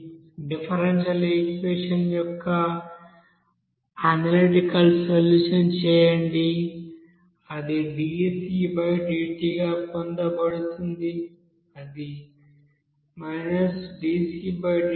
differential equation యొక్క analytical solution చేయండి అది dcdt గా పొందబడుతుంది